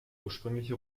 ursprünglich